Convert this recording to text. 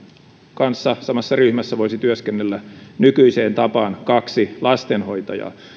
kanssa samassa ryhmässä voisi työskennellä nykyiseen tapaan kaksi lastenhoitajaa